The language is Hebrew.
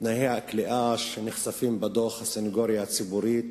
תנאי הכליאה שנחשפים בדוח הסניגוריה הציבורית